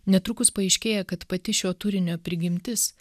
netrukus paaiškėja kad pati šio turinio prigimtis